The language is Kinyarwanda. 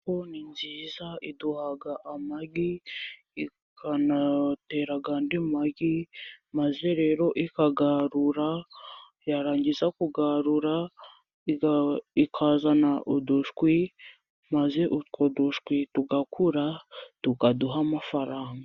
Inkoko ni nziza iduha amagi, ikanatera andi magi, maze rero ikayarura, yarangiza kuyarura ikazana udushwi, maze utwo dushwi tugakura, tukaduha amafaranga.